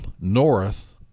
north